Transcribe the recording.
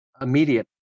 immediately